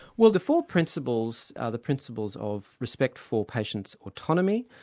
well, the four principles are the principles of respect for patients' autonomy,